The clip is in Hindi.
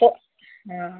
तो हाँ